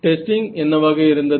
testing என்னவாக இருந்தது